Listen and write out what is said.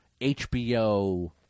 HBO